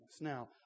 Now